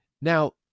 Now